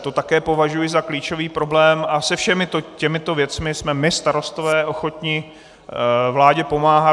To také považuji za klíčový problém a se všemi těmito věcmi jsme my Starostové ochotni vládě pomáhat.